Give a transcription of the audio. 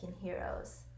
heroes